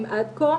אליהם עד כה.